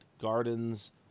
gardens